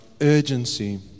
urgency